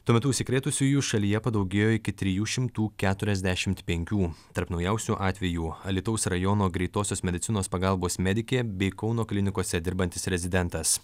tuo metu užsikrėtusiųjų šalyje padaugėjo iki trijų šimtų keturiasdešimt penkių tarp naujausių atvejų alytaus rajono greitosios medicinos pagalbos medikė bei kauno klinikose dirbantis rezidentas